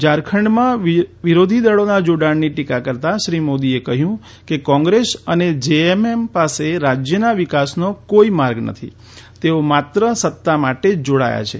ઝારખંડમાં વિરોધીદળોના જોડાણની ટીકા કરતા શ્રી મોદીએ કહયું કે કોંગ્રેસ અને જેએમએમ પાસે રાજયના વિકાસનો કોઇ માર્ગ નથી તેઓ માત્ર સત્તા માટે જ જોડાયા છે